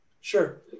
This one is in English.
Sure